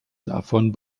davon